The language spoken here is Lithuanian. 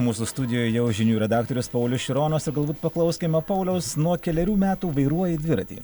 mūsų studijoj jau žinių redaktorius paulius šironas ir galbūt paklauskime pauliaus nuo kelerių metų vairuoji dviratį